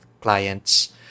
clients